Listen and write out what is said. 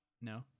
No